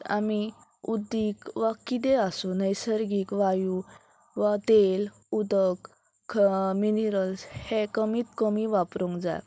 आमी उदीक वा किदें आसूं नैसर्गीक वायू वा तेल उदक मिनिरल्स हे कमींत कमी वापरूंक जाय